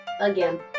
again